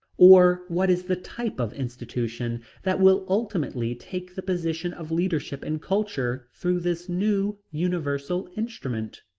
or what is the type of institution that will ultimately take the position of leadership in culture through this new universal instrument?